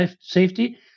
safety